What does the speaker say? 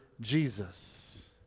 Jesus